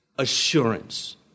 Assurance